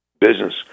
business